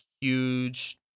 huge